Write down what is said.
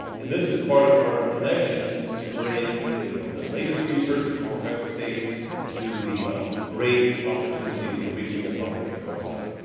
and this is part of our connection to bring the you know the latest research from ohio state to the great opportunities for reaching the public at cosi.